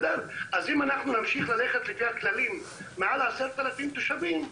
אם אנחנו נמשיך ללכת לפי הכללים מעל 10,000 תושבים,